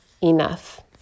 enough